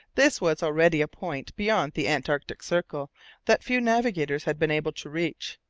this was already a point beyond the antarctic circle that few navigators had been able to reach.